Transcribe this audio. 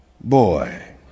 boy